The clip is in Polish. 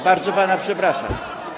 Bardzo pana przepraszam.